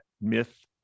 myth